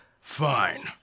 Fine